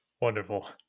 Wonderful